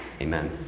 Amen